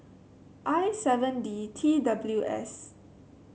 I seven D T W S